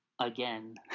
again